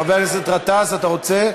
חבר הכנסת גטאס, אתה רוצה?